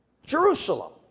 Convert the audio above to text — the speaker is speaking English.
Jerusalem